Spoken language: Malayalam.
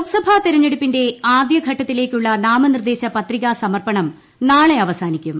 ലോക്സഭാ തെരഞ്ഞെടുപ്പിന്റെ ആദ്യഘട്ടത്തിലേക്കുള്ള നാമനിർദ്ദേശപത്രികാ സമർപ്പണം നാളെ അവസാനിക്കും